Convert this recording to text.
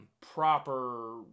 proper